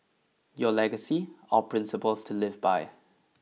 your legacy our principles to live by